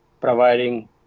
providing